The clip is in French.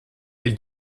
elle